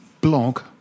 blog